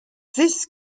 this